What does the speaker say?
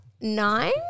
nine